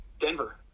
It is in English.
Denver